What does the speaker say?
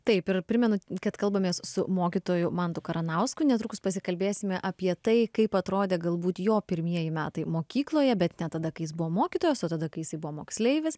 taip ir primenu kad kalbamės su mokytoju mantu karanausku netrukus pasikalbėsime apie tai kaip atrodė galbūt jo pirmieji metai mokykloje bet ne tada kai jis buvo mokytojas o tada kai jisai buvo moksleivis